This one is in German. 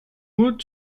nur